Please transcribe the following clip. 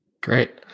Great